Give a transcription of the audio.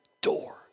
door